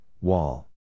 Wall